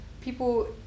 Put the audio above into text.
people